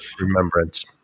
remembrance